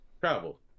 travel